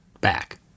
back